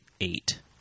eight